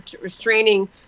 restraining